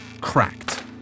cracked